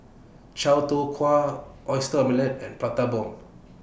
Chow Tow Kway Oyster Omelette and Prata Bomb